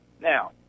Now